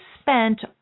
spent